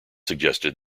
suggested